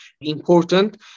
important